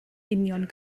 union